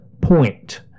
point